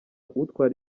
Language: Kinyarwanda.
utwara